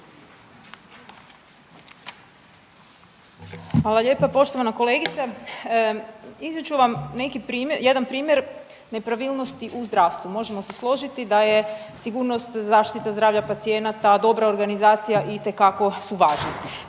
Hvala lijepa. Poštovana kolegice iznijet ću vam jedan primjer nepravilnosti u zdravstvu. Možemo se složiti da je sigurnost zaštita zdravlja pacijenata, dobra organizacija itekako su važne.